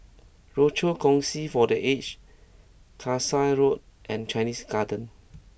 Rochor Kongsi for the Aged Kasai Road and Chinese Garden